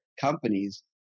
companies